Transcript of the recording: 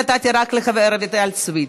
נתתי רק לרויטל סויד.